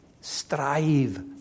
strive